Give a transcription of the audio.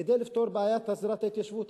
כדי לפתור את בעיית הסדרת ההתיישבות.